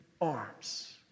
arms